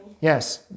Yes